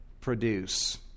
produce